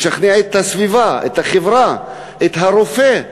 לשכנע את הסביבה, את החברה, את הרופא.